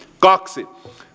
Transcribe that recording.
kaksi